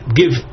give